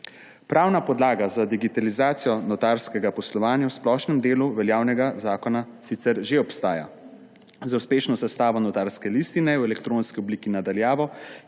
Pravna podlaga za digitalizacijo notarskega poslovanja v splošnem delu veljavnega zakona sicer že obstaja, za uspešno sestavo notarske listine v elektronski obliki na daljavo,